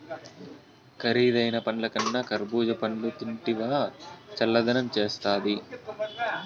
కరీదైన పండ్లకన్నా కర్బూజా పండ్లు తింటివా చల్లదనం చేస్తాది